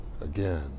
again